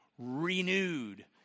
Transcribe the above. Renewed